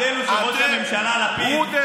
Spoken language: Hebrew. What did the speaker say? אבל ההבדל הוא שראש הממשלה לפיד,